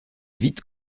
vite